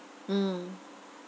mm